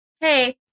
Hey